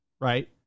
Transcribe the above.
right